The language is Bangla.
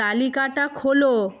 তালিকাটা খোলো